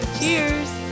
Cheers